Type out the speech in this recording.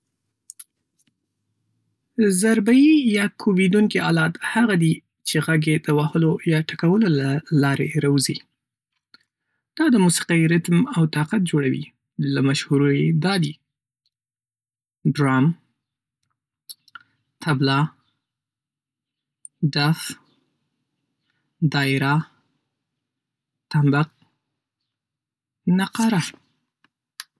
ضربي یا کوبېدونکي آلات هغه دي چې غږ یې د وهلو یا ټکولو له لارې راوځي. دا د موسیقۍ ریتم او طاقت جوړوي. له مشهورو یې دا دي: ډرم طبله دف دایره تمبک نقاره.